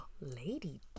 Lady